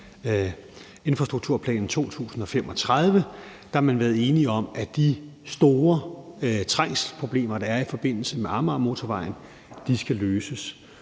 Infrastrukturplan 2035« er man blevet enig om, at de store trængselsproblemer, der er i forbindelse med Amagermotorvejen, skal løses.